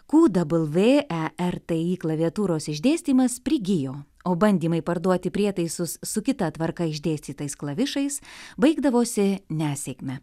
ku dabl vė e r t i klaviatūros išdėstymas prigijo o bandymai parduoti prietaisus su kita tvarka išdėstytais klavišais baigdavosi nesėkme